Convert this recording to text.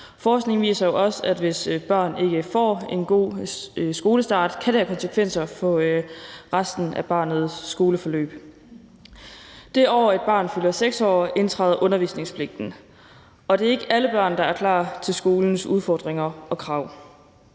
Forskningen viser jo, at hvis børn ikke får en god skolestart, kan det have konsekvenser for resten af barnets skoleforløb. Det år, hvor barnet fylder 6 år, indtræder undervisningspligten, og det er ikke alle børn, der er klar til skolens udfordringer og krav.